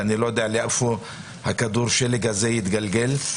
ואני לא יודע לאיפה כדור השלג הזה יתגלגל.